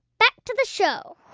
back to the show